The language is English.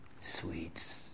Sweets